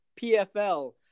pfl